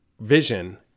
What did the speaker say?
vision